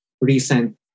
Recent